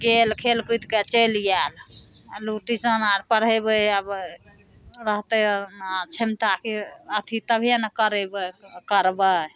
गेल खेलकुदिके चलि आएल आओर लोक ट्यूशन आओर पढ़ेबै आब रहतै आओर क्षमताके अथी तभिए ने करेबै करबै